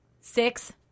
six